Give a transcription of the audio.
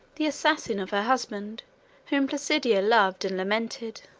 the assassin of a husband whom placidia loved and lamented.